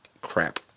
crap